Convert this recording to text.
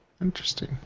Interesting